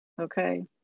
Okay